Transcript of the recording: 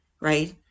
right